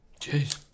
Jeez